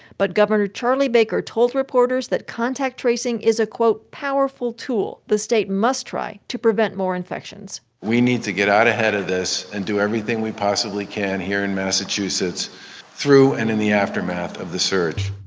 but governor charlie baker told reporters that contact tracing is a, quote, powerful tool the state must try to prevent more infections we need to get out ahead of this and do everything we possibly can here in massachusetts through, and in the aftermath, of the surge